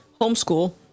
homeschool